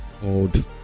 called